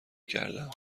کردهام